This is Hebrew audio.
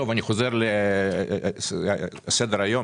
אני חוזר לסדר היום.